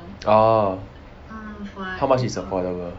orh how much is affordable